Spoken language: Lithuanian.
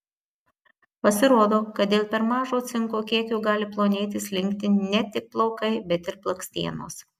pasirodo kad dėl per mažo cinko kiekio gali plonėti slinkti ne tik plaukai bet ir blakstienos